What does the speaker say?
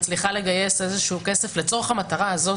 מצליחה לגייס איזשהו כסף לצורך המטרה הזאת.